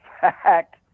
fact